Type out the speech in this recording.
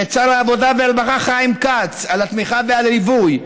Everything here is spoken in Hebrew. לשר העבודה והרווחה חיים כץ, על התמיכה והליווי,